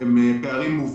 בשגרה חסרים לכם 6,000,